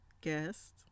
Guest